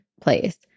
place